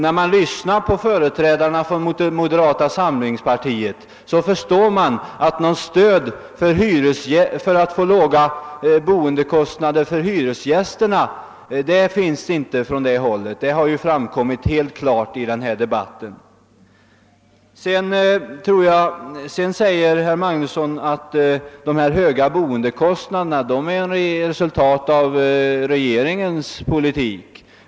När man lyssnar till dessa förstår man att något stöd för att åstadkomma låga boendekostnader för hyresgästerna inte finns på det hållet. Det har framkommit helt klart i denna debatt. Herr Magnusson i Borås anförde också att de höga boendekostnaderna är ett resultat av regeringens politik.